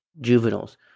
juveniles